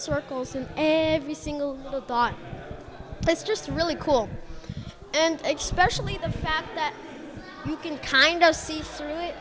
circles and every single thought that's just really cool and especially the fact that you can kind of see through it